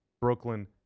Brooklyn